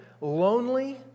lonely